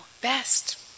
best